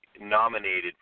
nominated